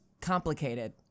complicated